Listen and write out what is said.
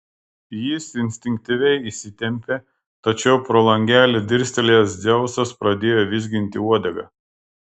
jis instinktyviai įsitempė tačiau pro langelį dirstelėjęs dzeusas pradėjo vizginti uodegą